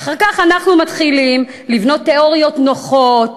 ואחר כך אנחנו מתחילים לבנות תיאוריות נוחות,